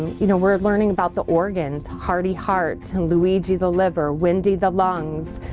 you know we're learning about the origins. hearty heart, luigi the liver, windy the lungs,